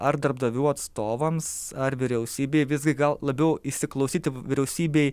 ar darbdavių atstovams ar vyriausybei visgi gal labiau įsiklausyti vyriausybei